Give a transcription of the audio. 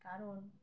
কারণ